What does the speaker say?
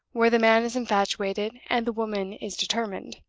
where the man is infatuated and the woman is determined.